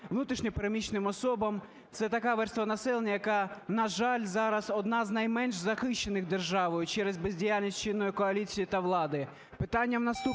внутрішньо переміщеним особам. Це така верства населення, яка, на жаль, зараз одна з найменш захищених державою через бездіяльність чинної коаліції та влади.